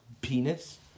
penis